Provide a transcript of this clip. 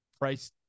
price